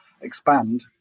expand